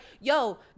yo